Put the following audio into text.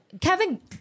Kevin